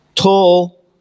Tall